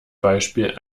beispiel